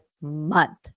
month